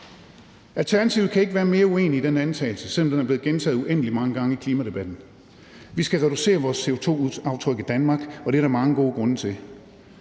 Alternativet kan ikke være mere uenig i den antagelse, selv om den er blevet gentaget uendelig mange gange i klimadebatten. Vi skal reducere vores CO2-aftryk i Danmark, og det er der mange gode grunde til.